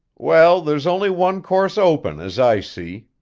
well, there's only one course open, as i see,